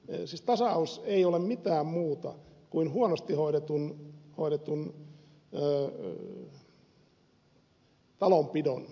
siis tasaus ei ole mitään muuta kuin huonosti hoidetun talonpidon peittelyä pahimmillaan